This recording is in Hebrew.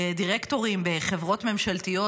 דירקטורים בחברות ממשלתיות,